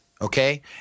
Okay